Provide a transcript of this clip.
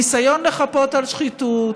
ניסיון לחפות על שחיתות,